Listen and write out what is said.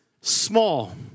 Small